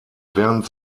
während